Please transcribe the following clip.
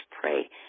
pray